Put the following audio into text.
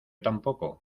tampoco